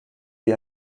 wie